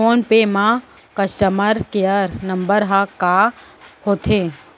Phone पे म customer care number ह का होथे?